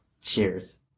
Cheers